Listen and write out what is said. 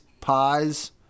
pies